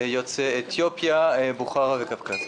יוצאי אתיופיה, בוכרה וקווקז.